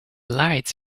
lights